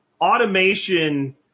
automation